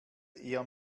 eher